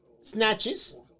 snatches